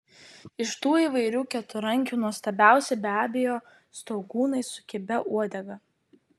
iš tų įvairių keturrankių nuostabiausi be abejo staugūnai su kibia uodega